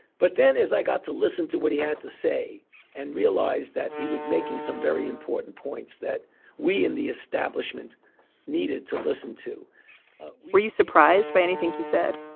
but then as i got to listen to what he had to say and realized that he was making some very important points that we in the establishment needed to listen to were you surprised by anything he said?